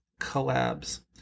collabs